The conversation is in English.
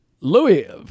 Louis